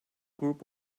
group